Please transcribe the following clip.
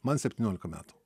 man septyniolika metų